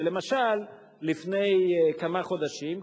ולמשל לפני כמה חודשים,